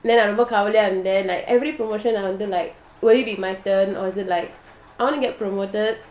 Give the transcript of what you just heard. then ரொம்பகவலையாஇருந்தேன்:romba kavalaya irunthen then like every promotion நான்வந்து:nan vandhu like will it be my turn or is it like I want to get promoted